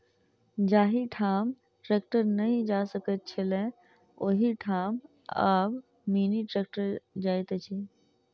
जाहि ठाम ट्रेक्टर नै जा सकैत छलै, ओहि ठाम आब मिनी ट्रेक्टर जाइत अछि